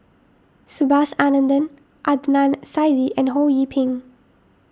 Subhas Anandan Adnan Saidi and Ho Yee Ping